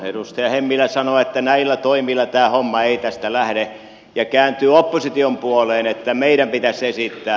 edustaja hemmilä sanoo että näillä toimilla tämä homma ei tästä lähde ja kääntyy opposition puoleen että meidän pitäisi esittää